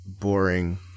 boring